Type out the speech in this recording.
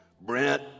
Brent